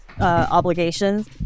obligations